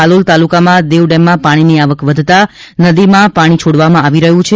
હાલોલ તાલુકામાં દેવ ડેમમાં પાણીની આવક વધતા નદીમાં પાણી છોડવામાં આવી રહ્યું છે